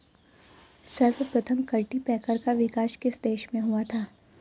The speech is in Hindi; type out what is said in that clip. सर्वप्रथम कल्टीपैकर का विकास किस देश में हुआ था?